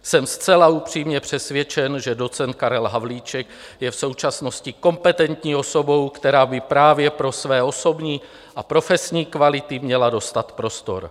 Jsem zcela upřímně přesvědčen, že docent Karel Havlíček je v současnosti kompetentní osobou, která by právě pro své osobní a profesní kvality měla dostat prostor.